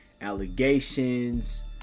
allegations